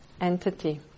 entity